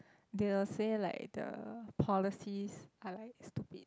they will say like the policies are like stupid